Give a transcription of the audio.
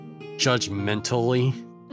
judgmentally